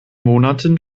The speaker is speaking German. monaten